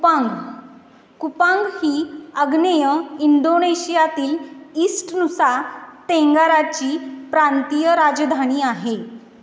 Kupang Kupang ही आग्नेय इंडोनेशियातील ईस्टनुसा तेंगाराची प्रांतीय राजधानी आहे